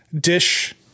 Dish